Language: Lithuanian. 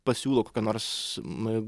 pasiūlo kokią nors